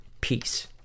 Peace